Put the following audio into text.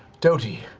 doty,